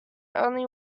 only